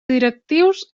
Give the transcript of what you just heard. directius